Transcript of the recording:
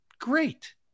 Great